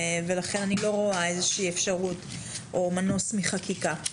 לכן אני לא רואה איזושהי אפשרות או מנוס מחקיקה.